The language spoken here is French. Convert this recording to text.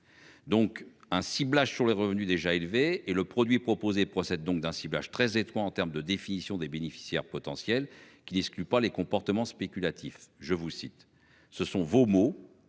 Donc un ciblage sur les revenus déjà élevé et le produit proposé procède donc d'un ciblage très étroit en termes de définition des bénéficiaires potentiels qui discute pas les comportements spéculatifs. Je vous cite,